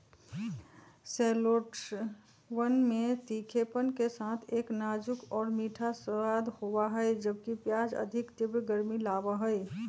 शैलोट्सवन में तीखेपन के साथ एक नाजुक और मीठा स्वाद होबा हई, जबकि प्याज अधिक तीव्र गर्मी लाबा हई